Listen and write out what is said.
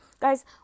Guys